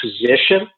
position